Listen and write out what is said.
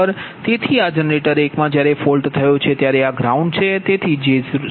તેથી આ જનરેટર 1 મા જ્યારે ફોલ્ટ થયો છે ત્યારે આ ગ્રાઉન્ડ છે